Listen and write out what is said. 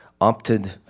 opted